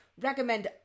recommend